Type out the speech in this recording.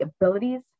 abilities